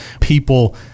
people